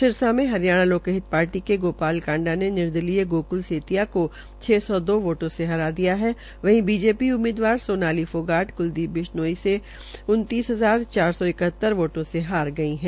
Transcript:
सिरसा में हरियाणा लोकहित पार्टी के गोपाल कांडा ने निर्दलीय गोकुल सेतिया को छ सौ दो वोटों से हरा दिया है वहीं बीजेपी उम्मीदवार सोनाली फोगाट क्लदीप बिश्नोई ने उन्तीस हजार चार सौ इकहतर वोटों से हार गई है